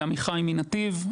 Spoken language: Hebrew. עמיחי מנתיב.